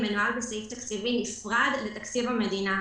מנוהל בסעיף תקציבי נפרד מתקציב המדינה,